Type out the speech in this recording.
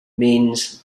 means